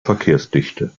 verkehrsdichte